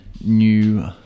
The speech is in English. new